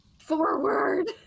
Forward